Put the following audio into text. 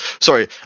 Sorry